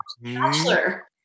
bachelor